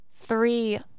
Three